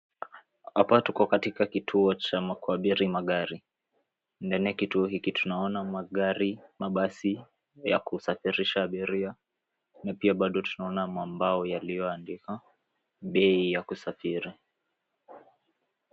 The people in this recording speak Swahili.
Hapa tuko katika kituo cha kuabiri magari. Ndani kituo hiki tunaona magari, mabasi ya kusafirisha abiria na pia bado tunaona mambao yaliyoandikwa bei ya kusafiri.